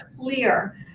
clear